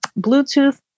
Bluetooth